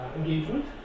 engagement